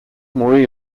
more